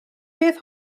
beth